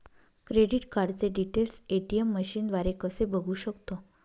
Credit कार्डचे details ATM मशीनद्वारे कसे बघू शकतो?